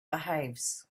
behaves